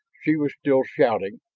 she was still shouting,